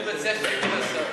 אני מציע שתחכו לשר.